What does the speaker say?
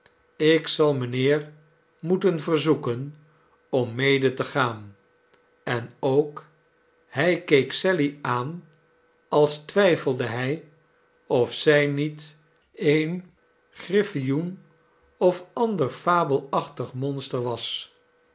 ik zal mijnheer moeten verzoeken om mede te gaan en ook hij keek sally aan als twijfelde hij of zij niet een griffloen of ander fabelachtig monster was